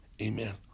Amen